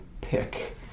pick